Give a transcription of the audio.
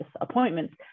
appointments